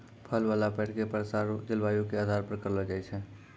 फल वाला पेड़ के प्रसार जलवायु के आधार पर करलो जाय छै